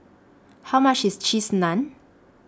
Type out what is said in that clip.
How much IS Cheese Naan